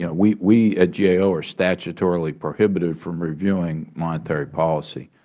yeah we we at gao are statutorily prohibited from reviewing monetary policy.